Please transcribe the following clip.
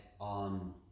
on